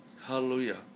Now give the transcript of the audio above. Hallelujah